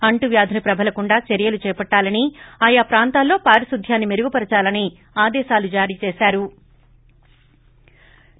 అంటూ వ్యాధులు ప్రభలకుండా చర్యలు చేపట్టాలని ఆయా ప్రాంతాల్లో పారిశుధ్యాన్ని మెరుగుపర్చాలని ఆదేశాలు జారీ చేశారు